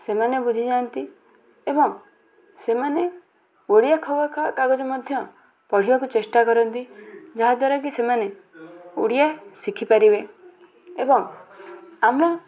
ସେମାନେ ବୁଝିଯାଆନ୍ତି ଏବଂ ସେମାନେ ଓଡ଼ିଆ ଖବରକାଗଜ ମଧ୍ୟ ପଢିବାକୁ ଚେଷ୍ଟା କରନ୍ତି ଯାହା ଦ୍ଵାରାକି ସେମାନେ ଓଡ଼ିଆ ଶିଖିପାରିବେ ଏବଂ ଆମ